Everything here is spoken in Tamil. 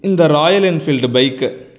இந்த ராயல் என்ஃபீல்டு பைக்கு